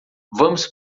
vamos